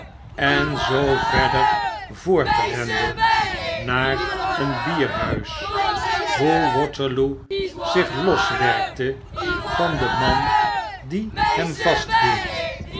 en zoo verder voortrende naar een bierhuis hoe waterloo zich loswerkte van den man die hem vasthield